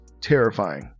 terrifying